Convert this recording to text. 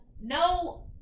no